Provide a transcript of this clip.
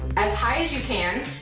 as high as you can.